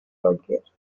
loegr